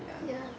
ya